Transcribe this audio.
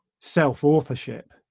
self-authorship